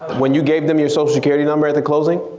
when you gave them your social security number at the closing.